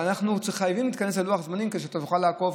ואנחנו חייבים להתכנס ללוחות זמנים כדי שאתה תוכל לעקוב,